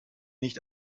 nicht